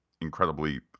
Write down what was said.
incredibly